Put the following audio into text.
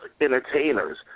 entertainers